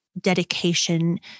dedication